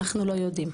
אנחנו לא יודעים.